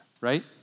right